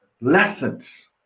lessons